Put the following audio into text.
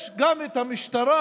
יש גם את המשטרה